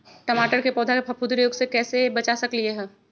टमाटर के पौधा के फफूंदी रोग से कैसे बचा सकलियै ह?